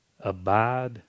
abide